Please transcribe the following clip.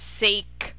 sake